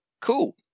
Cool